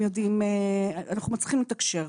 אנחנו מצליחים לתקשר.